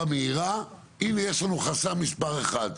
מהירה, הנה יש לנו חסם מספר אחד.